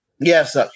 Yes